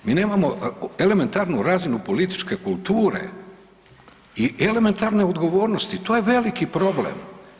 Mi nemamo elementarno razinu političke kulture i elementarne odgovornosti, to je veliki problem.